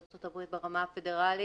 ארצות הברית ברמה הפדרלית,